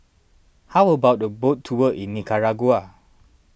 how about a boat tour in Nicaragua